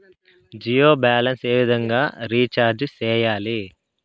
Jio balance ఏ విధంగా recharge సేయాలి?